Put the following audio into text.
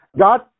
God